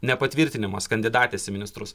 nepatvirtinimas kandidatės į ministrus